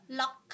lock